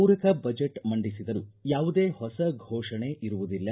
ಪೂರಕ ಬಜೆಟ್ ಮಂಡಿಸಿದರೂ ಯಾವುದೇ ಹೊಸ ಘೋಷಣೆ ಇರುವುದಿಲ್ಲ